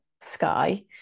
Sky